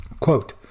Quote